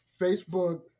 Facebook